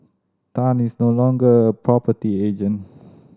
Tan is no longer a property agent